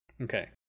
okay